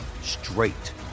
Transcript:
straight